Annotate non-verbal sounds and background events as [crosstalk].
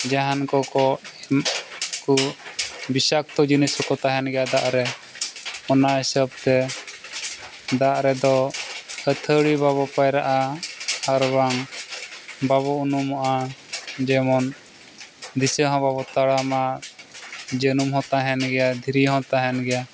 ᱡᱟᱦᱟᱱ ᱠᱚᱠᱚ [unintelligible] ᱵᱤᱥᱟᱠᱛᱚ ᱡᱤᱱᱤᱥ ᱠᱚ ᱛᱟᱦᱮᱱ ᱜᱮᱭᱟ ᱫᱟᱜ ᱨᱮ ᱚᱱᱟ ᱦᱤᱥᱟᱹᱵ ᱛᱮ ᱫᱟᱜ ᱨᱮᱫᱚ ᱟᱹᱛᱷᱟᱹᱲᱤ ᱵᱟᱵᱚ ᱯᱟᱭᱨᱟᱜᱼᱟ ᱟᱨ ᱵᱟᱝ ᱵᱟᱵᱚ ᱩᱱᱩᱢᱚᱜᱼᱟ ᱡᱮᱢᱚᱱ ᱫᱤᱥᱟᱹ ᱦᱚᱸ ᱵᱟᱵᱚ ᱛᱟᱲᱟᱢᱟ ᱡᱟᱹᱱᱩᱢ ᱦᱚᱸ ᱛᱟᱦᱮᱱ ᱜᱮᱭᱟ ᱫᱷᱤᱨᱤ ᱦᱚᱸ ᱛᱟᱦᱮᱱ ᱜᱮᱭᱟ